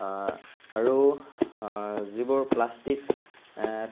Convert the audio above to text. আৰু যিবোৰ প্লাষ্টিক